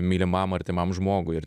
mylimam artimam žmogui ir